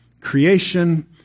creation